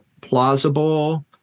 plausible